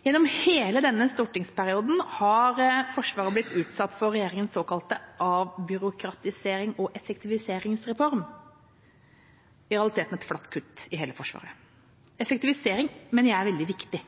Gjennom hele denne stortingsperioden har Forsvaret blitt utsatt for regjeringas såkalte avbyråkratiserings- og effektiviseringsreform – i realiteten et flatt kutt i hele Forsvaret. Effektivisering mener jeg er veldig viktig,